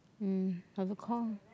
um have to call